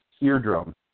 eardrum